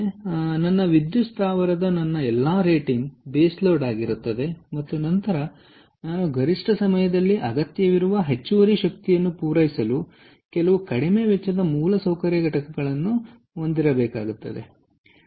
ಆದ್ದರಿಂದ ನನ್ನ ವಿದ್ಯುತ್ ಸ್ಥಾವರದ ನನ್ನ ಎಲ್ಲಾ ರೇಟಿಂಗ್ ಬೇಸ್ ಲೋಡ್ ಆಗಿರುತ್ತದೆ ಮತ್ತು ನಂತರ ನಾನು ಗರಿಷ್ಠ ಸಮಯದಲ್ಲಿ ಅಗತ್ಯವಿರುವ ಹೆಚ್ಚುವರಿ ಶಕ್ತಿಯನ್ನು ಪೂರೈಸಲು ಕೆಲವು ಕಡಿಮೆ ವೆಚ್ಚದ ಮೂಲಸೌಕರ್ಯ ಘಟಕಗಳನ್ನು ಹೊಂದಿರುತ್ತೇನೆ